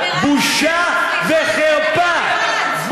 בושה וחרפה.